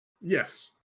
Yes